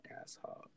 asshole